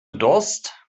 durst